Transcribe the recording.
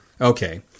Okay